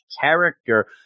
character